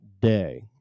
day